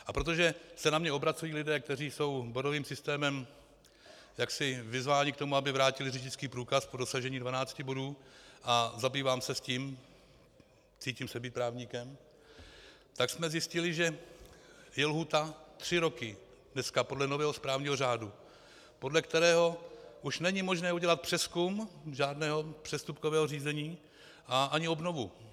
A protože se na mě obracejí lidé, kteří jsou bodovým systémem vyzváni k tomu, aby vrátili řidičský průkaz po dosažení 12 bodů, a zabývám se tím, cítím se být právníkem, tak jsme zjistili, že je lhůta tři roky dneska podle nového správního řádu, podle kterého už není možné udělat přezkum žádného přestupkového řízení a ani obnovu.